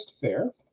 Fair